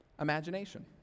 imagination